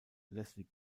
leslie